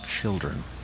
children